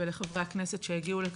ולחברי הכנסת שהגיעו לכאן,